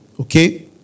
Okay